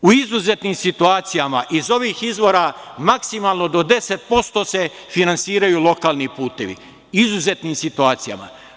U izuzetnim situacijama iz ovih izvora, maksimalno do 10% se finansiraju lokalni putevi, u izuzetnim situacijama.